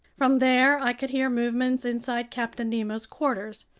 from there i could hear movements inside captain nemo's quarters.